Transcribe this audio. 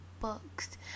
books